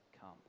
come